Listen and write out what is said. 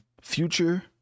Future